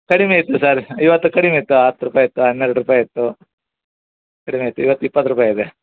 ಕಡಿಮೆ ಇತ್ತು ಸರ್ ಇವತ್ತು ಕಡಿಮೆ ಇತ್ತು ಹತ್ತು ರೂಪಾಯಿ ಇತ್ತು ಹನ್ನೆರಡು ರೂಪಾಯಿ ಇತ್ತು ಕಡಿಮೆ ಇತ್ತು ಇವತ್ತು ಇಪ್ಪತ್ತು ರೂಪಾಯಿ ಆಗಿದೆ